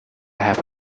have